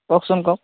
কওকচোন কওক